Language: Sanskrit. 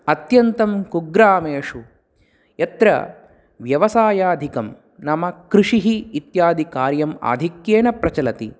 अत्यन्तं कुग्रामेषु यत्र व्यवसायाधिकं नाम कृषिः इत्यादिकार्यम् आधिक्येन प्रचलति